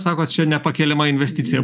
sako čia nepakeliama investicija